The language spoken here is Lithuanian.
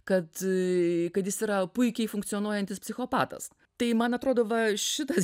kad kad jis yra puikiai funkcionuojantis psichopatas tai man atrodo va šitas